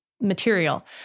material